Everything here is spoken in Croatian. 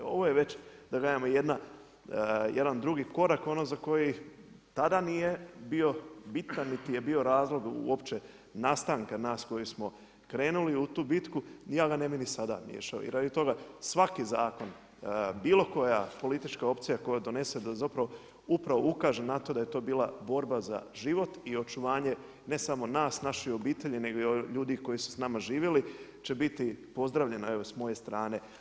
Ovo je već da kažemo jedan drugi korak za koji tada nije bio bitan niti je bio razlog uopće nastanka nas koji smo krenuli u tu bitku i ja ga ne bi ni sada miješao i radi toga, svaki zakon bilo koja politička opcija koja donese da zapravo upravo ukaže na to da je to bila borba za život i očuvanje, ne samo nas, naše obitelji nego i ljudi koji su s nama živjeli će biti pozdravljena evo s moje strane.